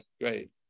great